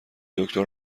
دکتر